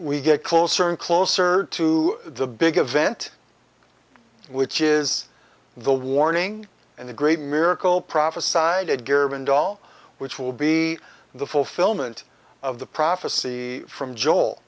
we get closer and closer to the big event which is the warning and the great miracle prophesied garamond all which will be the fulfillment of the prophecy from joel